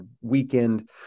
weekend